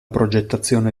progettazione